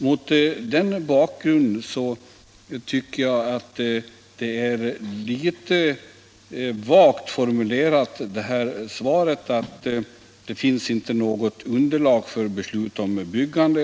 Mot den bakgrunden tycker jag att svaret är litet vagt formulerat när det sägs att det ännu inte finns något beslut om byggande.